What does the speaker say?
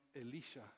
Elisha